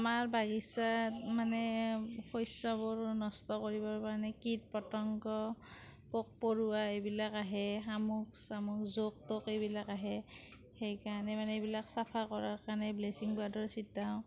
আমাৰ বাগিচাত মানে শস্যবোৰ নষ্ট কৰিবৰ কাৰণে কীট পতংগ পোক পৰুৱা এইবিলাক আহে শামুক চামুক জোক তোক এইবিলাক আহে সেইকাৰণে মানে এইবিলাক চাফা কৰাৰ কাৰণে ব্লিচিং পাউদাৰ ছিটাওঁ